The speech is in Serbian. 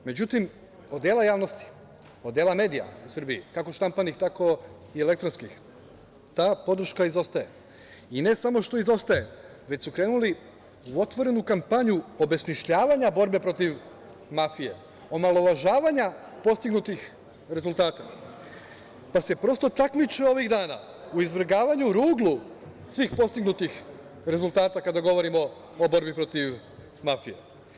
Međutim, od dela javnosti, od dela medija u Srbiji, kako štampanih, tako i elektronskih, ta podrška izostaje, i ne samo što izostaje, već su krenuli u otvorenu kampanju obesmišljavanja borbe protiv mafije, omalovažavanja postignutih rezultata, pa se prosto takmiče ovih dana u izvrgavanju ruglu svih postignutih rezultata kada govorimo o borbi protiv mafije.